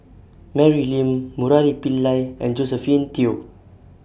Mary Lim Murali Pillai and Josephine Teo